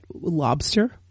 lobster